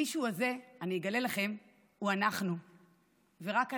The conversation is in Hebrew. המישהו הזה, אני אגלה לכם, הוא אנחנו ורק אנחנו.